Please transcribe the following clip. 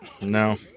no